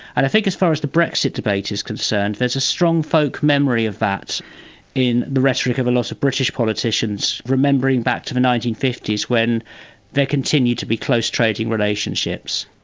i think as far as the brexit debate is concerned, there is a strong folk memory of that in the rhetoric of a lot of british politicians, remembering back to the nineteen fifty s when there continued to be close trading relationships.